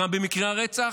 גם במקרי הרצח,